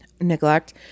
neglect